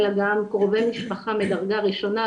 אלא גם קרובי משפחה מדרגה ראשונה,